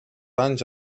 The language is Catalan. anys